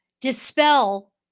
dispel